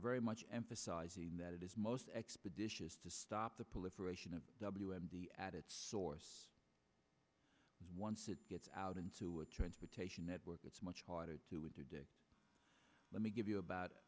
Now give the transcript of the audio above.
very much emphasizing that it is most expeditious to stop the proliferation of w m d at its source once it gets out into a transportation network it's much harder to interdict let me give you about